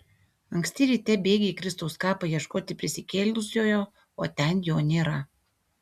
anksti ryte bėgi į kristaus kapą ieškoti prisikėlusiojo o ten jo nėra